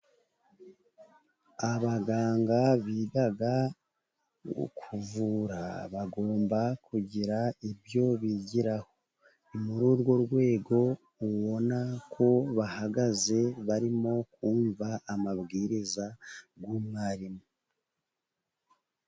Abaganga biga kuvura bagomba kugira ibyo bigiraho. Ni muri urwo rwego ubona ko bahagaze barimo kumva amabwiriza y'umwarimu.